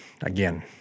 again